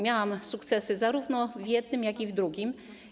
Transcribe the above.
Miałam sukcesy zarówno w jednym, jak i w drugim.